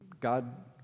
God